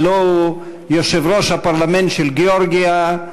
הלוא הוא יושב-ראש הפרלמנט של גאורגיה,